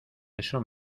eso